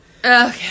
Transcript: Okay